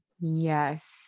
Yes